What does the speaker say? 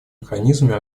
механизмами